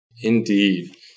Indeed